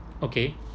okay